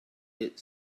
hit